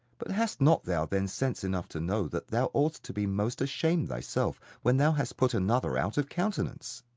but hast not thou then sense enough to know that thou ought'st to be most ashamed thyself when thou hast put another out of countenance?